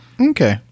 Okay